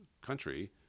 country